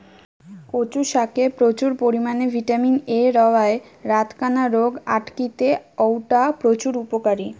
কচু শাকে প্রচুর পরিমাণে ভিটামিন এ রয়ায় রাতকানা রোগ আটকিতে অউটা প্রচুর উপকারী